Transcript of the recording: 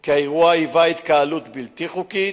כי האירוע היווה התקהלות בלתי חוקית,